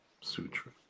Sutra